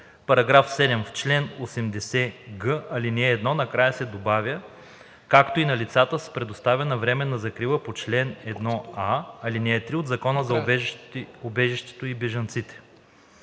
§ 7: „§ 7. В чл. 80г, ал. 1 накрая се добавя „както и на лицата с предоставена временна закрила по чл. 1а, ал. 3 от Закона за убежището и бежанците.“